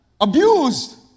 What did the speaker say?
abused